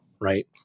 right